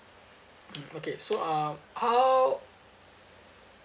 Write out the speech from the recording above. mm okay so um how